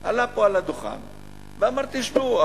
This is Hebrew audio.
עלה פה על הדוכן ואמר: תשמעו,